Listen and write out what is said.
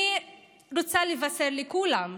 אני רוצה לבשר לכולם,